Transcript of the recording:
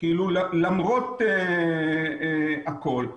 למרות הכול.